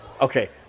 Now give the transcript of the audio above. okay